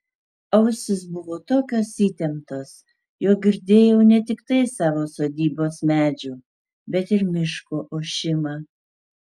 ausys buvo tokios įtemptos jog girdėjau ne tiktai savo sodybos medžių bet ir miško ošimą